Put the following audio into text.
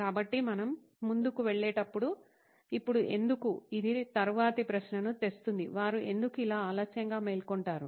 కాబట్టి మనం ముందుకు వెళ్ళేటప్పుడు ఇప్పుడు ఎందుకు ఇది తరువాతి ప్రశ్నను తెస్తుంది వారు ఎందుకు ఇలా ఆలస్యంగా మేల్కొంటారు